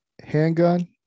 Handgun